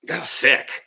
sick